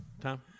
Tom